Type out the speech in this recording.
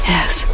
Yes